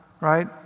Right